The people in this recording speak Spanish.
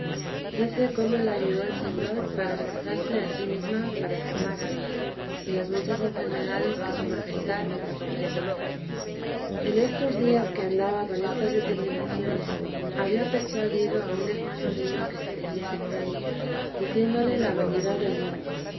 dice cómo la ayudó el señor para forzarse a sí mesma para tomar hábito y las muchas enfermedades que su majestad la comenzó a dar en estos días que andaba con estas determinaciones había persuadido a un hermano mío a que se metiese fraile diciéndole la vanidad del mundo